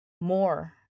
more